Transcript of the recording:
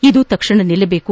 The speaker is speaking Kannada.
ಇದು ತಕ್ಷಣ ನಿಲ್ಲಬೇಕು